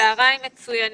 צוהריים מצוינים.